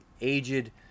aged